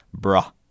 bruh